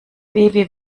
wie